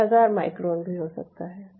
यह हजार माइक्रोन भी हो सकता है